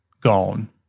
gone